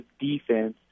defense